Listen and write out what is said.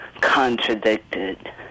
contradicted